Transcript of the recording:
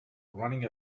running